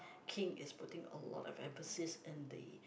King is putting a lot emphasis in the